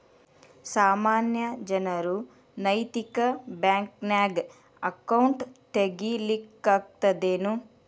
ಸಾಮಾನ್ಯ ಜನರು ನೈತಿಕ ಬ್ಯಾಂಕ್ನ್ಯಾಗ್ ಅಕೌಂಟ್ ತಗೇ ಲಿಕ್ಕಗ್ತದೇನು?